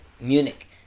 Munich